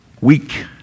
weak